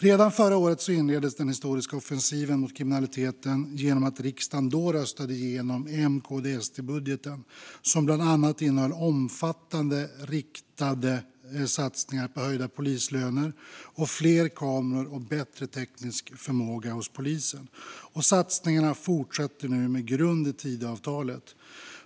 Redan förra året inleddes den historiska offensiven mot kriminaliteten genom att riksdagen då röstade igenom M, KD och SD-budgeten, som bland annat innehöll omfattande riktade satsningar på höjda polislöner, fler kameror och bättre teknisk förmåga hos polisen. Satsningarna fortsätter nu med grund i Tidöavtalet.